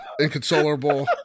inconsolable